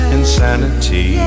insanity